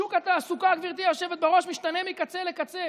שוק התעסוקה, גברתי היושבת-ראש, משתנה מקצה לקצה.